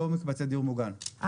לא מקבצי דיור מוגן,